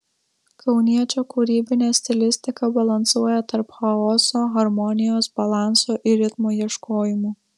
kauniečio kūrybinė stilistika balansuoja tarp chaoso harmonijos balanso ir ritmo ieškojimų